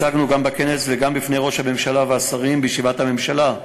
הצגנו גם בכנס וגם בפני ראש הממשלה והשרים בישיבת הממשלה,